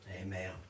Amen